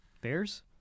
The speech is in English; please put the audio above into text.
Bears